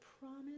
promise